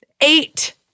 eight